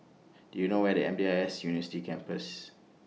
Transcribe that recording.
Do YOU know Where IS M D I S University Campus